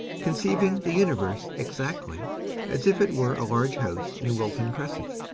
conceiving the universe exactly as if it were a large house in wilton crescent,